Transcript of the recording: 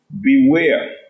Beware